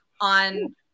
on